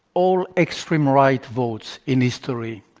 all extreme right votes in history,